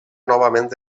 novament